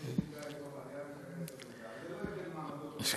קשה מאוד להעלות חיוך כשומעים ורואים דברים כאלה.